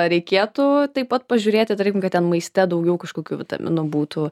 reikėtų taip pat pažiūrėti tarkim kad ten maiste daugiau kažkokių vitaminų būtų